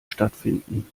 stattfinden